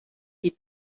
die